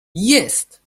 jest